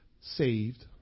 saved